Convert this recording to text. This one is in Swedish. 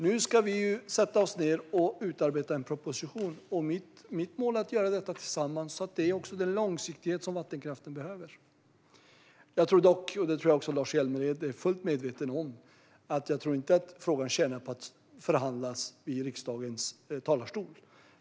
Nu ska vi sätta oss ned och utarbeta en proposition, och mitt mål är att göra detta tillsammans så att det ger den långsiktighet som vattenkraften behöver. Jag tror dock inte, och det tror jag också att Lars Hjälmered är fullt medveten om, att frågan tjänar på att förhandlas i riksdagens talarstol.